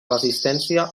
resistència